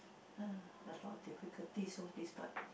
ah a lot of difficulties loh this part